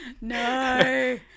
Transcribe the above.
No